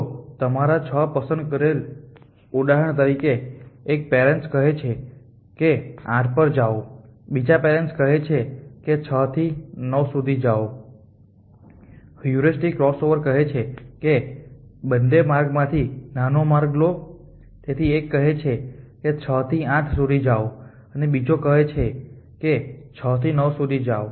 જો તમારા 6 પસંદ કરેલ છે ઉદાહરણ તરીકે એક પેરેન્ટ્સ કહે છે કે 8 પર જાઓ બીજા પરેટન્સ હે છે કે 6 થી 9 સુધી જાઓ હ્યુરિસ્ટિક ક્રોસઓવર કહે છે કે બંને માર્ગોમાંથી નાનો માર્ગ લો તેથી 1 કહે છે કે 6 થી 8 સુધી જાઓ અને બીજો કહે છે કે 6 થી 9 સુધી જાઓ